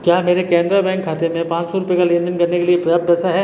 क्या मेरे कैनरा बैंक खाते में पाँच सौ रुपये का लेनदेन करने के लिए पर्याप्त पैसा है